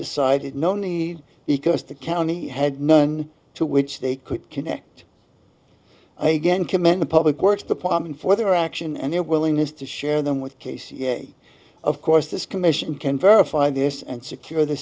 decided no need because the county had none to which they could connect again commend the public works department for their action and their willingness to share them with k c of course this commission can verify this and secure the